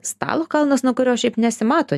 stalo kalnas nuo kurio šiaip nesimato